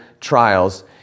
trials